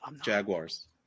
Jaguars